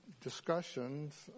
discussions